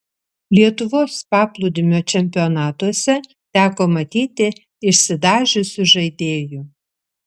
lietuvos paplūdimio čempionatuose teko matyti išsidažiusių žaidėjų